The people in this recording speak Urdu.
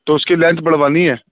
تو اُس کی لینتھ بڑھوانی ہے